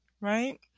right